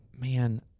Man